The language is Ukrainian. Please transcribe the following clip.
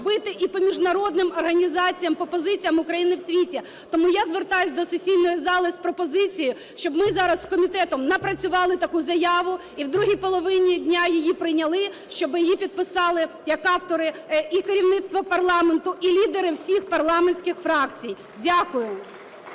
бити і по міжнародним організаціям по позиціям України в світі. Тому я звертаюсь до сесійної зали з пропозицією, щоб ми зараз з комітетом напрацювали таку заяву і в другій половині дня її прийняли, щоби її підписали як автори і керівництво парламенту, і лідери всіх парламентських фракцій. Дякую.